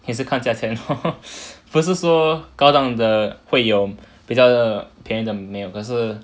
也是看价钱 lor 不是说高档的会有比较便宜的没有可是